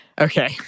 Okay